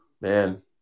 Man